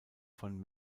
von